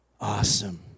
Awesome